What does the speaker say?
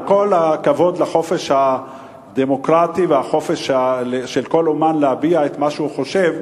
עם כל הכבוד לחופש הדמוקרטי והחופש של כל אמן להביע את מה שהוא חושב,